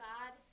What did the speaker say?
God